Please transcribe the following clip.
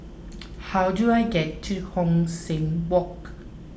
how do I get to Hong San Walk